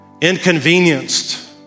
inconvenienced